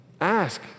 Ask